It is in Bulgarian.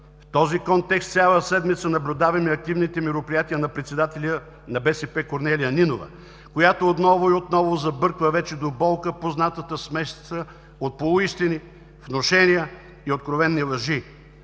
В този контекст цяла седмица наблюдаваме активните мероприятия на председателя на БСП Корнелия Нинова, която отново и отново забърква вече до болка познатата смесица от полуистини, внушения и откровени лъжи.